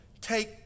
Take